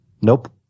Nope